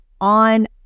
on